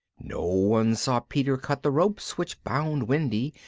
no one saw peter cut the ropes which bound wendy,